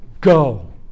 go